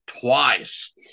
twice